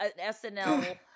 SNL